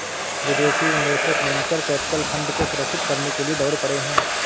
विदेशी निवेशक venture capital fund को सुरक्षित करने के लिए दौड़ पड़े हैं